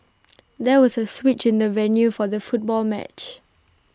there was A switch in the venue for the football match